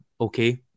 okay